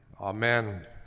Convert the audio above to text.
Amen